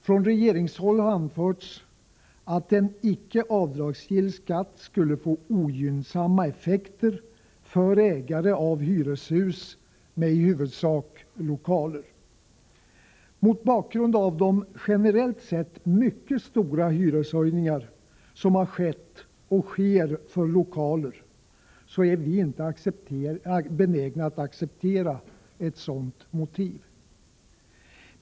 Från regeringshåll har det anförts att en icke avdragsgill skatt skulle få ogynnsamma effekter för ägare av hyreshus med i huvudsak lokaler. Mot bakgrund av de generellt sett mycket stora hyreshöjningar som skett och sker för lokaler är vi inte benägna att acceptera ett sådant motiv.